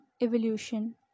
Evolution